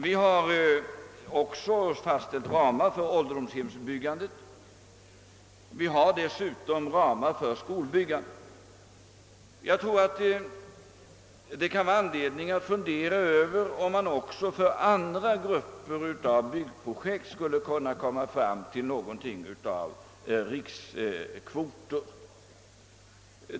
Vi har också fastställt ramar för ålderdomshemsbyggandet och för skolbyggandet. Jag tror att det kan vara anledning att fundera över om man även för andra grupper av byggprojekt skulle kunna åstadkomma rikskvoter.